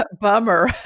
Bummer